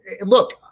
Look